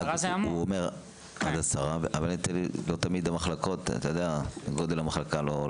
אבל לא תמיד גודל המחלקות נחשב?